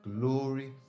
glory